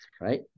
right